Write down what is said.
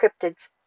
cryptids